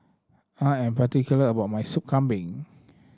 I am particular about my Soup Kambing